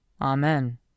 Amen